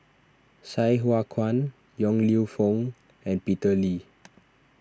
Sai Hua Kuan Yong Lew Foong and Peter Lee